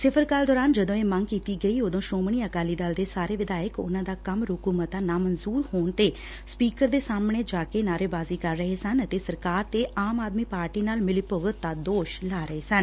ਸਿਫ਼ਰ ਕਰਲ ਦੌਰਾਨ ਜਦੋਂ ਇਹ ਮੰਗ ਕੀਤੀ ਗਈ ਉਦੋਂ ਸ੍ਰੋਮਣੀ ਅਕਾਲੀ ਦਲ ਦੇ ਸਾਰੇ ਵਿਧਾਇਕ ਉਨੂਾਂ ਦਾ ਕੰਮ ਰੋਕੂ ਮੱਤਾ ਨਾਮਨਜੂਰ ਹੋਣ ਤੇ ਸਪੀਕਰ ਦੇ ਸਾਹਮਣੇ ਜਾ ਕੇ ਨਾਅਰੇਬਾਜ਼ੀ ਕਰ ਰਹੇ ਸਨ ਅਤੇ ਸਰਕਾਰ ਤੇ ਆਮ ਆਦਮੀ ਪਾਰਟੀ ਨਾਲ ਮਿਲੀਭੁਗਤ ਦਾ ਦੋਸ਼ ਲਾ ਰਹੇ ਸਨ